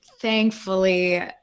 thankfully